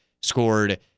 scored